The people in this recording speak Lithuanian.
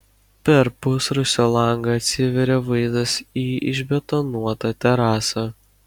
per pusrūsio langą atsiveria vaizdas į išbetonuotą terasą